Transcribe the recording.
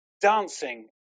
dancing